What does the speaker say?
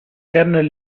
kernel